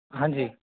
हाँ जी